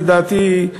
לדעתי,